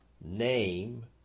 name